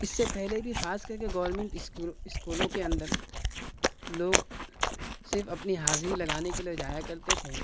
اِس سے پہلے بھی خاص کر کے گورنمنٹ اسکولوں کے اندر لوگ صرف اپنی حاضری لگانے کے لیے جایا کرتے تھے